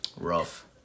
rough